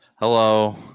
hello